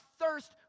thirst